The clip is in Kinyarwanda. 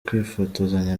kwifotozanya